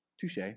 Touche